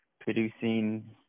producing